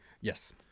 Yes